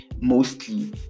mostly